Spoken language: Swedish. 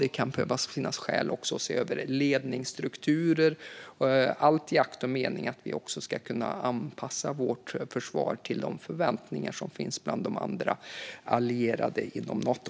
Det kan även finnas skäl att se över ledningsstrukturer, allt i akt och mening att vi också ska kunna anpassa vårt försvar till de förväntningar som finns bland de andra allierade inom Nato.